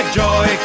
joy